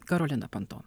karolina panto